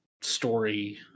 story